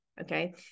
okay